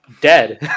dead